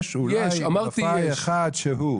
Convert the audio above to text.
יש אולי מנופאי אחד שהוא כזה.